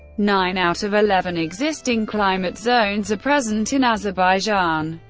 nine out of eleven existing climate zones are present in azerbaijan.